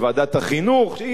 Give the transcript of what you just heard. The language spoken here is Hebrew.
ועדת החינוך,